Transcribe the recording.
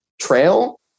trail